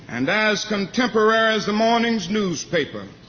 and as contemporary as the morning's newspaper.